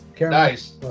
Nice